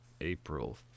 April